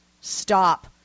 stop